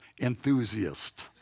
enthusiast